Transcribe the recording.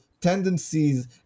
tendencies